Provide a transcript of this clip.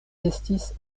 estis